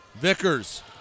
Vickers